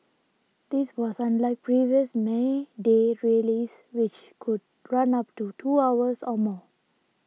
this was unlike previous May Day rallies which could run up to two hours or more